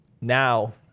now